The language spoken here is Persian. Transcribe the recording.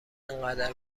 اینقدر